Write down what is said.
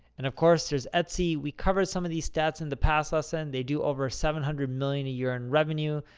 and, of course, there's etsy. we covered some of these steps in the past lesson. they do over seven hundred million dollars a year in revenue.